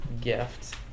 gift